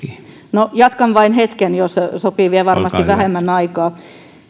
no jatkan vain hetken jos sopii vie varmasti vähemmän aikaa